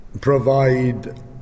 provide